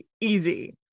easy